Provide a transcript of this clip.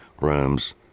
rooms